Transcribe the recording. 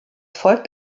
folgt